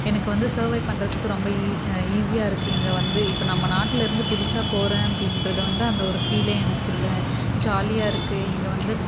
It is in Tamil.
எனக்கு வந்து சர்வை பண்ணுறத்துக்கு ரொம்ப ஈஸியாக இருக்கு இங்கே வந்து இப்போ நம்ம நாட்டுலருந்து புதுசாக போகிறேன் அப்படின்றது வந்து அந்த ஒரு ஃபீலே எனக்கு இல்லை ஜாலியாக இருக்கு இங்கே வந்து